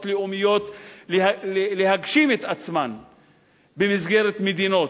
לאומיות להגשים את עצמן במסגרת מדינות,